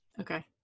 Okay